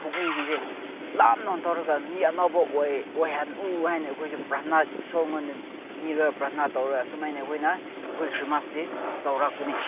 ꯄꯨꯛꯅꯤꯡꯁꯤꯡꯁꯦ ꯂꯥꯞꯅ ꯇꯧꯔꯒ ꯃꯤ ꯑꯅꯧꯕ ꯑꯣꯏ ꯑꯣꯏꯍꯜꯂꯨ ꯍꯥꯏꯅ ꯑꯩꯈꯣꯏꯁꯤ ꯄ꯭ꯔꯥꯊꯅꯥ ꯏꯁꯣꯔꯉꯣꯟꯗ ꯅꯤꯔꯒ ꯄ꯭ꯔꯥꯊꯅꯥ ꯇꯧꯔꯒ ꯑꯁꯨꯃꯥꯏꯅ ꯑꯩꯈꯣꯏꯅ ꯑꯩꯈꯣꯏ ꯈ꯭ꯔꯤꯁꯃꯥꯁꯁꯤ ꯇꯧꯔꯛꯄꯅꯤ